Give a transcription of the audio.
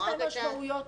הרבה מאוד פעמים